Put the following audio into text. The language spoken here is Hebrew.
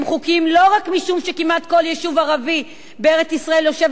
הם חוקיים לא רק משום שכמעט כל יישוב ערבי בארץ-ישראל יושב